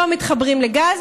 לא מתחברים לגז,